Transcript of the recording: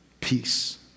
peace